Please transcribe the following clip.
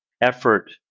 effort